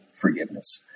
forgiveness